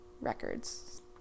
records